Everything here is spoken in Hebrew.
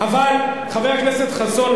חבר הכנסת יואל חסון,